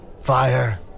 fire